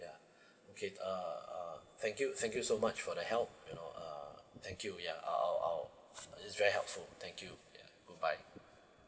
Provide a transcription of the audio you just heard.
ya okay uh uh thank you thank you so much for the help you know uh thank you ya I'll I'll I'll it's very helpful thank you yeah goodbye